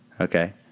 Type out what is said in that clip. Okay